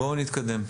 בואו נתקדם.